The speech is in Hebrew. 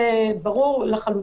זה ברור לחלוטין.